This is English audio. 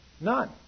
None